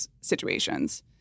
situations